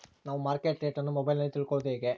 ನಾವು market rate ಅನ್ನು ಮೊಬೈಲಲ್ಲಿ ತಿಳ್ಕಳೋದು ಹೇಗೆ?